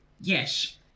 Yes